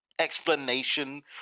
explanation